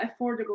affordable